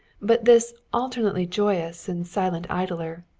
but this alternately joyous and silent idler,